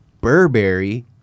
Burberry